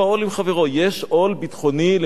יש עול ביטחוני למדינת ישראל.